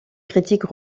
critiques